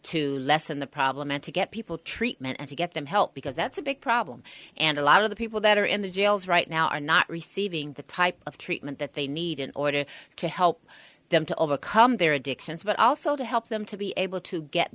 to lessen the problem and to get people treatment and to get them help because that's a big problem and a lot of the people that are in the jails right now are not receiving the type of treatment that they need in order to help them to overcome their addictions but also to help them to be able to get